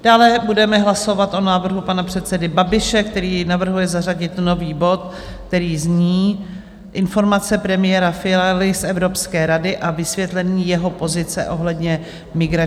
Dále budeme hlasovat o návrhu pana předsedy Babiše, který navrhuje zařadit nový bod, který zní Informace premiéra Fialy z Evropské rady a vysvětlení jeho pozice ohledně migračního paktu.